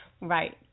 Right